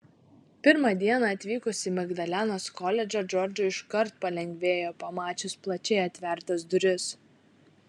pirmą dieną atvykus į magdalenos koledžą džordžui iškart palengvėjo pamačius plačiai atvertas duris